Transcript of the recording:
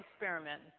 experiment